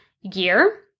year